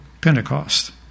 Pentecost